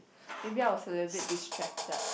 maybe I was a little bit distracted